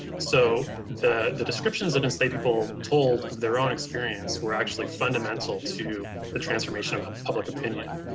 so the the descriptions that enslaved people told of their own experience were actually fundamental to the transformation of public opinion.